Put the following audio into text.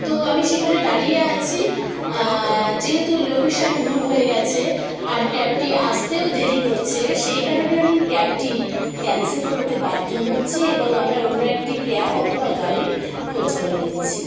তো আমি সেখানে দাঁড়িয়ে আছি যেহেতু লোকেশান ভুল হয়ে গেছে আর ক্যাবটি আসতেও দেরি করছে সেই কারণে আমি ক্যাবটি ক্যান্সেল করতে বাধ্য হচ্ছি এবং আমরা অন্য একটি ক্যাব অথবা গাড়ির খোঁজ করে নিচ্ছি